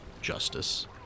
justice